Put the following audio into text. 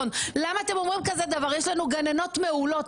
יש לנו גננות מעולות.